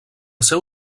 seu